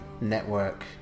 network